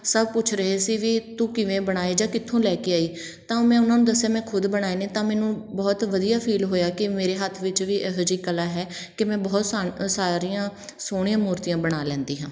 ਸਭ ਪੁੱਛ ਰਹੇ ਸੀ ਵੀ ਤੂੰ ਕਿਵੇਂ ਬਣਾਏ ਜਾਂ ਕਿੱਥੋਂ ਲੈ ਕੇ ਆਈ ਤਾਂ ਮੈਂ ਉਹਨਾਂ ਨੂੰ ਦੱਸਿਆ ਮੈਂ ਖੁਦ ਬਣਾਏ ਨੇ ਤਾਂ ਮੈਨੂੰ ਬਹੁਤ ਵਧੀਆ ਫੀਲ ਹੋਇਆ ਕਿ ਮੇਰੇ ਹੱਥ ਵਿੱਚ ਵੀ ਇਹੋ ਜਿਹੀ ਕਲਾ ਹੈ ਕਿ ਮੈਂ ਬਹੁਤ ਸਾਣ ਸਾਰੀਆਂ ਸੋਹਣੀਆਂ ਮੂਰਤੀਆਂ ਬਣਾ ਲੈਂਦੀ ਹਾਂ